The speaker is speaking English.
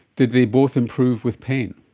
did they both improve with pain?